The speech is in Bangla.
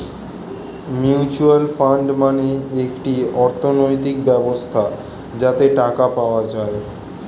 মিউচুয়াল ফান্ড মানে একটি অর্থনৈতিক ব্যবস্থা যাতে টাকা পাওয়া যায়